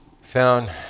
found